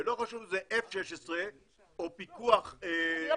ולא חשוב אם זה F-16 או פיקוח --- אני לא